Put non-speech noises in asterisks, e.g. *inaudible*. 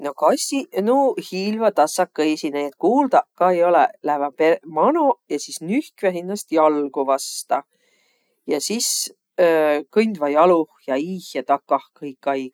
No kassiq, nuuq hiilvaq tassakõisi, nii et kuuldaq ka ei olõq. Lääväq mano ja sis nühkväq hinnäst jalgo vasta. Ja sis *hesitation* kõndvaq jaloh ja iih ja takah kõikaig.